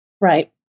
Right